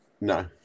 No